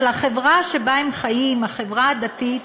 אבל החברה שבה הם חיים, החברה הדתית,